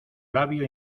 labio